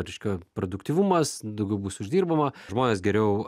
reiškia produktyvumas daugiau bus uždirbama žmonės geriau